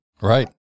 Right